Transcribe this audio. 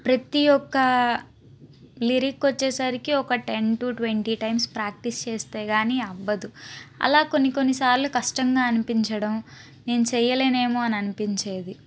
ప్రతి ఒక్క లిరిక్ వచ్చేసరికి ఒక ten to twenty times practice చేస్తే లాని అవ్వదు అలా కొన్ని కొన్ని సార్లు కష్టంగా అనిపించడం నేను చేయలేనేమో అని అనిపించేది